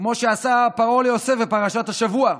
כמו שעשה פרעה ליוסף בפרשת השבוע.